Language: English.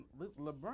LeBron